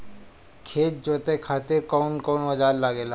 खेत जोते खातीर कउन कउन औजार लागेला?